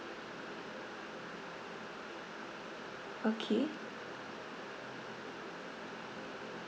okay